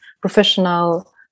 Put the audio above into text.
professional